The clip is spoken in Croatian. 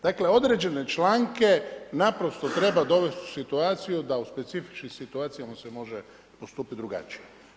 Dakle, određene članke naprosto treba dovesti u situaciju da u specifičnim situacijama se može postupiti drugačije.